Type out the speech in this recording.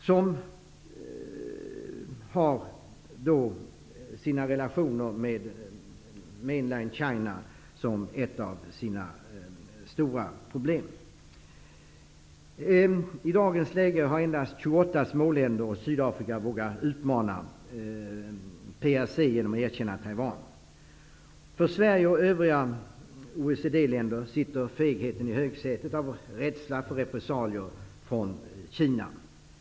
Ett av landets stora problem är dess relationer med Mainland China. I dagens läge har endast 28 småländer och Sydafrika vågat utmana PRC genom att erkänna Taiwan. För Sverige och övriga OECD-länder sitter fegheten i högsätet, av rädsla för repressalier från Kina.